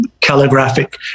calligraphic